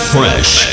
Fresh